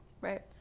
Right